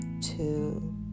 two